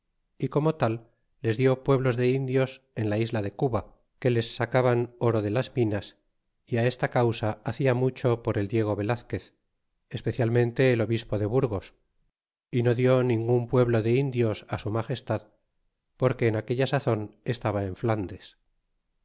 y como tal les dió pueblos de indios en la isla de cuba que les sacaban oro de las minas é esta causa hacia mucho por el diego velazquez especialmente el obispo de burgos y no dió ningun pueblo de indios su magestad porque en aquella sazon estaba en flandes